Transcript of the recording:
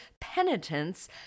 penitence